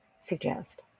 suggest